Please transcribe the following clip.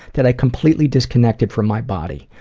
that i completely disconnected from my body.